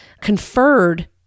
conferred